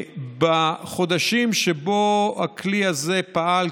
בחודשים שבהם הכלי הזה פעל,